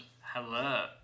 Hello